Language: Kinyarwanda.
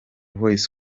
voice